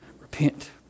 repent